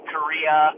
Korea